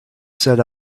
set